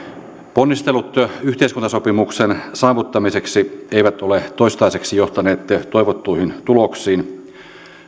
ponnistelut yhteiskuntasopimuksen saavuttamiseksi eivät ole toistaiseksi johtaneet toivottuihin tuloksiin